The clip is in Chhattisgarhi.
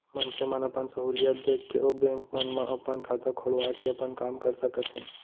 मनखे मन अपन सहूलियत देख के ओ बेंक मन म अपन खाता खोलवा के अपन काम कर सकत हें